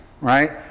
right